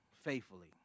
faithfully